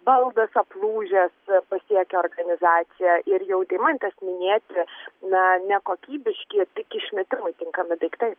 baldas aplūžęs pasiekia organizaciją ir jau deimantės minėti na nekokybiški tik išmetimui tinkami daiktai